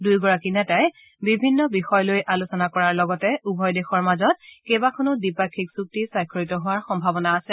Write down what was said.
দুয়োগৰাকী নেতাই বিভিন্ন বিষয় লৈ আলোচনা কৰাৰ লগতে উভয় দেশৰ মাজত কেইবাখনো দ্বিপাক্ষিক চুক্তি স্বাক্ষৰিত হোৱাৰ সম্ভাৱনা আছে